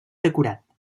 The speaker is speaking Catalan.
decorat